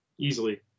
easily